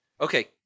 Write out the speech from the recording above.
Okay